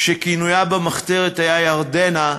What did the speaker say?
שכינוייה במחתרת היה "ירדנה",